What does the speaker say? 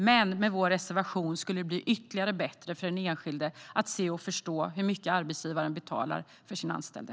Men med vår reservation skulle det bli ytterligare bättre för den enskilde när det gäller att se och förstå hur mycket arbetsgivaren betalar för sin anställde.